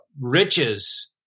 riches